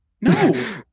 No